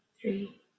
three